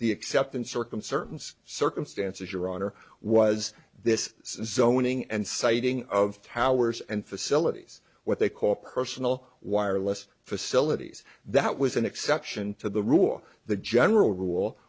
the exception circum certain circumstances your honor was this zoning and citing of powers and facilities what they call personal wireless facilities that was an exception to the rule the general rule